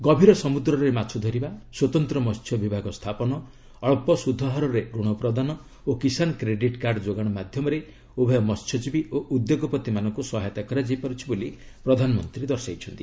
ଗଭୀର ସମୁଦ୍ରରେ ମାଛଧରିବା ସ୍ୱତନ୍ତ୍ର ମହ୍ୟବିଭାଗ ସ୍ଥାପନ ଅଳ୍ପ ସୁଧହାରରେ ଋଣ ପ୍ରଦାନ ଓ କିଶାନ୍ କ୍ରେଡିଟ୍ କାର୍ଡ୍ ଯୋଗାଣ ମାଧ୍ୟମରେ ଉଭୟ ମହ୍ୟଜୀବୀ ଓ ଉଦ୍ୟୋଗପତିମାନଙ୍କୁ ସହାୟତା କରାଯାଇ ପାରୁଛି ବୋଲି ପ୍ରଧାନମନ୍ତ୍ରୀ ଦର୍ଶାଇଛନ୍ତି